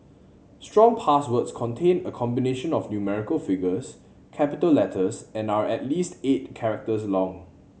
strong passwords contain a combination of numerical figures capital letters and are at least eight characters long